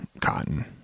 cotton